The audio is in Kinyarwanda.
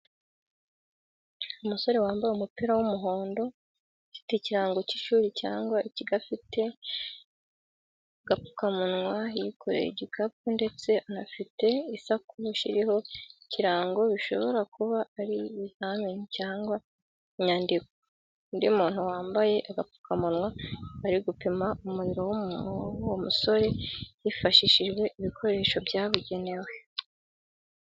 Umusore wambaye umupira w’umuhondo ufite ikirango cy’ishuri cyangwa ikigo afite agapfukamunwa yikoreye igikapu ndetse anafite isakoshi iriho ikirango bishobora kuba ari ibizamini cyangwa inyandiko. Undi muntu wambaye agapfukamunwa ari gupima umuriro w'uwo musore hifashishijwe ibikoresho byabugenewe.